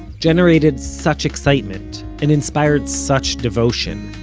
generated such excitement and inspired such devotion,